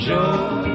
Joe